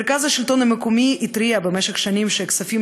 מרכז השלטון המקומי התריע במשך שנים שכספים